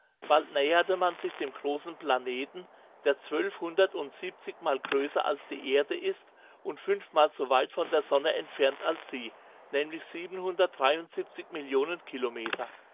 bald näherte man sich dem großen planeten der zwölfhundertundsiebzigmal größer als die erde ist und fünfmal so weit von der sonne entfernt als sie nämlich millionen kilometer